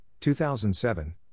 2007